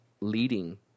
leading